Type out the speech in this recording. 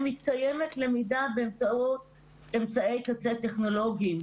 מתקיימת למידה באמצעות אמצעי קצה טכנולוגיים.